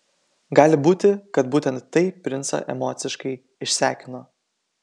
gali būti kad būtent tai princą emociškai išsekino